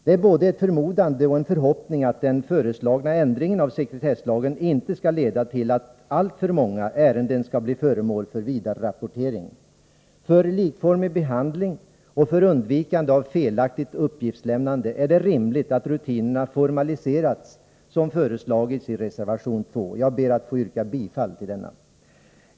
Det är både ett förmodande och en förhoppning att den föreslagna ändringen av sekretesslagen inte skall leda till att alltför många ärenden skall bli föremål för vidarerapportering. För likformig behandling och för undvikande av felaktigt uppgiftslämnande är det rimligt att rutinerna formaliseras som föreslagits i reservation 2. Jag ber att få yrka bifall till denna.